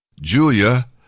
Julia